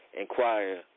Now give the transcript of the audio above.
inquire